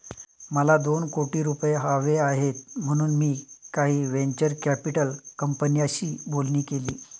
मला दोन कोटी रुपये हवे आहेत म्हणून मी काही व्हेंचर कॅपिटल कंपन्यांशी बोलणी केली